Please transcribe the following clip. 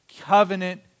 Covenant